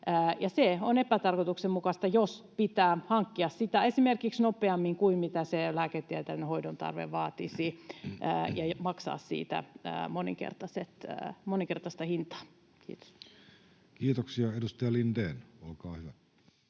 Se on epätarkoituksenmukaista, jos pitää hankkia sitä esimerkiksi nopeammin kuin mitä lääketieteellinen hoidon tarve vaatisi ja maksaa siitä moninkertaista hintaa. — Kiitos. [Speech 324] Speaker: